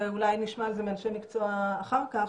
ואולי נשמע גם מאנשי מקצוע אחר כך,